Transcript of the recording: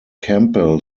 campbell